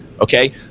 okay